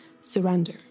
surrender